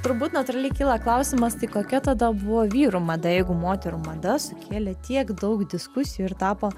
turbūt natūraliai kyla klausimas tai kokia tada buvo vyrų mada jeigu moterų mada sukėlė tiek daug diskusijų ir tapo